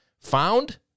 found